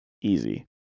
easy